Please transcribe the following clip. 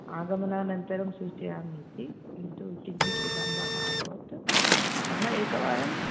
आगमनानन्तरं सूचयामि इति किन्तु किञ्चित् विलम्बः अभवत् अतः एकवारम्